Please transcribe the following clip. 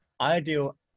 Ideal